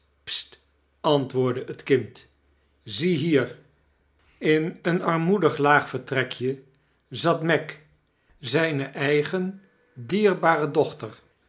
antwoordde het kind zie hier in een armoedig laag vertrekje zat meg zijne eigen dierbaje doobter